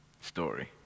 story